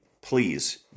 Please